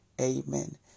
Amen